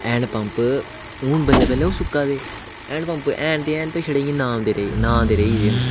hand pump हुन बल्लै ओह् सुका दे हैंड पम्प ऐ दे ऐ न पर छडे नां दे रेही गेदे